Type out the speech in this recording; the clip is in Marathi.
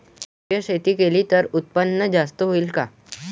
सेंद्रिय शेती केली त उत्पन्न जास्त होईन का?